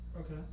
Okay